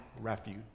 refuge